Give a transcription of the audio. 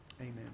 Amen